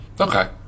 Okay